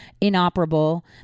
inoperable